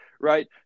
right